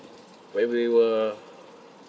whenever we were